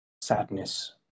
sadness